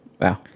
Wow